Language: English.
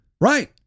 Right